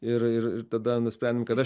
ir ir tada nusprendėm kad aš